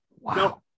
wow